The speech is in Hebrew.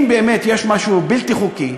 אם באמת יש משהו בלתי חוקי,